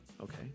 Okay